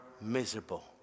miserable